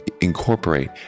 incorporate